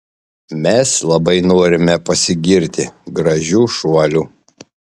mes labai norime pasigirti gražiu šuoliu